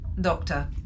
Doctor